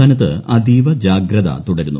സംസ്ഥാനത്ത് അതീവ ജാഗ്രത തുടരുന്നു